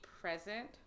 present